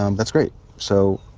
um that's great! so.